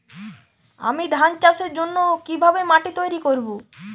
আমি ধান চাষের জন্য কি ভাবে মাটি তৈরী করব?